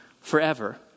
forever